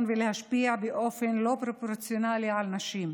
ולהשפיע באופן לא פרופורציונלי על נשים.